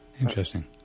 Interesting